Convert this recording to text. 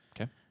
Okay